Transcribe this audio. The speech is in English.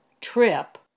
trip